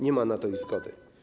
Nie ma na to ich zgody.